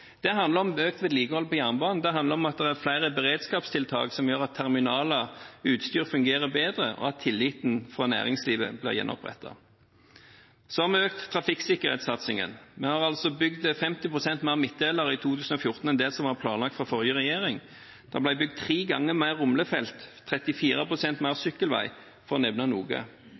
Det handler om økt vedlikehold på jernbanen. Det handler om at det er flere beredskapstiltak som gjør at terminaler og utstyr fungerer bedre, og at tilliten fra næringslivet blir gjenopprettet. Så har vi økt trafikksikkerhetssatsingen. Vi har bygd 50 pst. mer midtdelere i 2014 enn det som var planlagt av forrige regjering. Det ble bygd tre ganger mer rumlefelt, 34 pst. mer